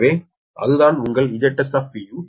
எனவே அதுதான் உங்கள் Zs Zp